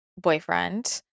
boyfriend